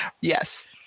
Yes